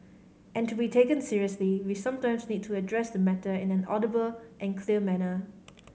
and to be taken seriously we sometimes need to address the matter in an audible and clear manner